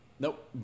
Nope